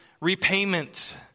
repayment